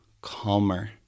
calmer